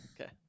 Okay